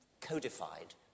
codified